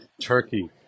Turkey